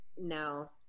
no